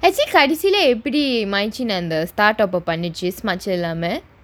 கடைசில எப்படி:kadaisila eppadi அந்த:antha start up ah பண்ணிச்சு:pannichchu smooch இல்லாம:illaamae